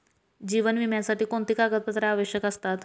जीवन विम्यासाठी कोणती कागदपत्रे आवश्यक असतात?